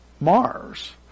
Mars